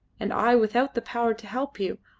and i without the power to help you,